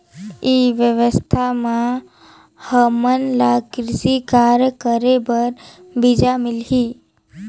ई व्यवसाय म हामन ला कृषि कार्य करे बर बीजा मिलही?